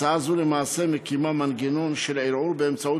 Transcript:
הצעה זו למעשה מקימה מנגנון של ערעור באמצעות